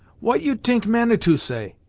what you t'ink manitou say?